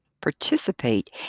participate